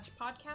Podcast